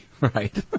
Right